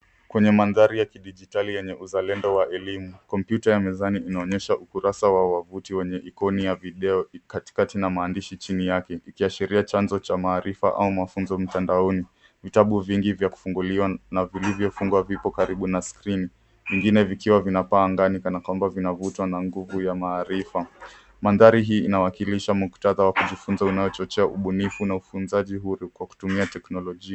Kwenye mandhari ya kidijitali yenye uzalendo wa elimu, kompyuta ya mezani inaonyesha ukurasa wa wavuti wenye ikoni ya video katikati na maandishi chini yake, ikiashiria chanzo cha maarifa au mafunzo mtandaoni. Vitabu vingi vya kufunguliwa na vilivyofungwa vipo karibu na skrini, vingine vikiwa vinapaa angani kana kwamba vinavutwa na nguvu ya maarifa. Mandhari hii inawakilisha muktadha wa kujifunza unachochea ubunifu na ufunzaji huru kwa kutumia teknolojia.